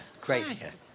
Great